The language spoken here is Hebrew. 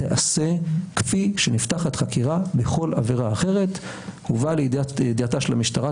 תיעשה כפי שנפתחת חקירה בכל עבירה אחרת: הובא לידיעתה של המשטרה,